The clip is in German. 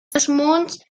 erzeugt